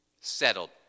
settled